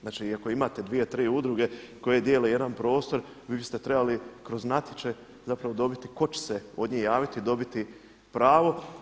Znači i ako imate dvije, tri udruge koje dijele jedan prostor vi biste trebali kroz natječaj zapravo dobiti tko će se od njih javiti i dobiti pravo.